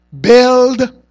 Build